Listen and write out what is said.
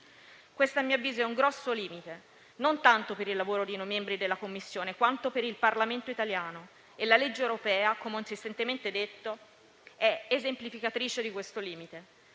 Questo - a mio avviso - è un grosso limite, non tanto per il lavoro di noi membri della Commissione, quanto per il Parlamento italiano; e la legge europea - come ho insistentemente detto - è esemplificatrice di questo limite.